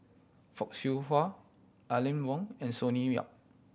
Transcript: Fock Siew Wah Aline Wong and Sonny Yap